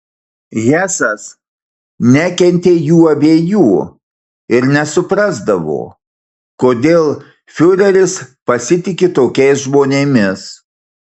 hesas nekentė jų abiejų ir nesuprasdavo kodėl fiureris pasitiki tokiais žmonėmis